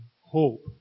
hope